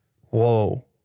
Whoa